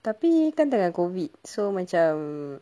tapi kan tengah COVID so macam